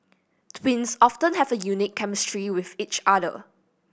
twins often have a unique chemistry with each other